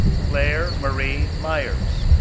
claire marie meyers,